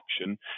option